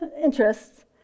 interests